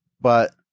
But-